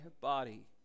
body